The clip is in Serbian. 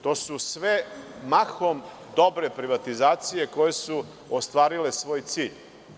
To su sve mahom dobre privatizacije koje su ostvarile svoj cilj.